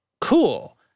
cool